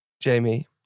Jamie